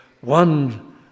one